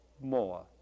more